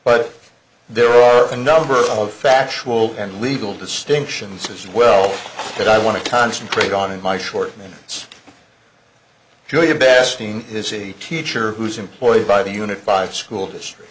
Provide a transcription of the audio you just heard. but there are a number of factual and legal distinctions as well that i want to concentrate on in my short minutes julia besting has a teacher who is employed by the unified school district